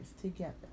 together